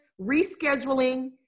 rescheduling